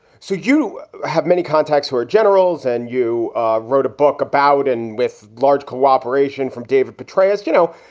so you have many contacts who are generals and you wrote a book about and with large cooperation from david petraeus. you know,